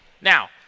Now